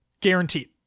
Guaranteed